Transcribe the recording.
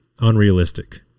unrealistic